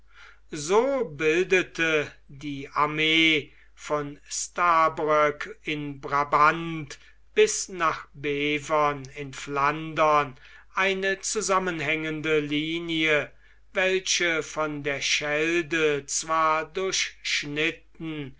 so bildete die armee von stabroek in brabant bis nach bevern in flandern eine zusammenhängende linie welche von der schelde zwar durchschnitten